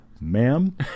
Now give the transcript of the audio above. ma'am